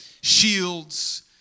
shields